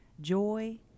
joy